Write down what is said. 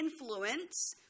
influence